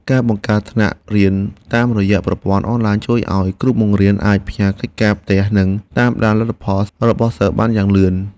ការបង្កើតថ្នាក់រៀនតាមរយៈប្រព័ន្ធអនឡាញជួយឱ្យគ្រូបង្រៀនអាចផ្ញើកិច្ចការផ្ទះនិងតាមដានលទ្ធផលរបស់សិស្សបានយ៉ាងលឿន។